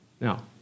Now